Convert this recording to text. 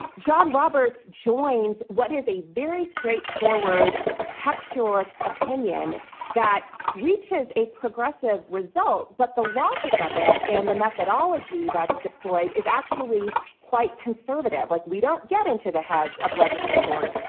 john roberts joins what is a very straightforward, textualist opinion that reaches a progressive result. but the logic of it and the methodology that's deployed is actually quite conservative. like we don't get into the heads of legislators.